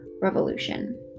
revolution